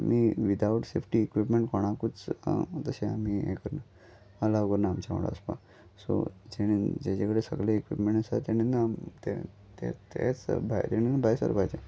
आमी विदावट safety equipment कोणाकूच तशें आमी हें करना अलाव करना आमच्या वांगडा वसपाक सो जेणे जेजे कडेन सगळे इक्विपमँट आसा तेणेन ते तेच भायर तेणेनूच भायर सरपाचें